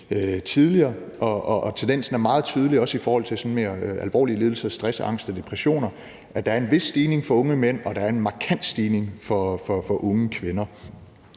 tidligere. Tendensen er også meget tydelig i forhold til sådan mere alvorlige lidelser som stress, angst og depression: Der er en vis stigning for unge mænd, og der er en markant stigning for unge kvinder.